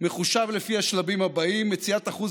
מחושב לפי השלבים הבאים: מציאת אחוז